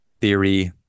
theory